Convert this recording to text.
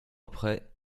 après